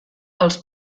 els